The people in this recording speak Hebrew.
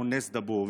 מוֹאַנֶּס דַּבּוּר.